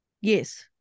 Yes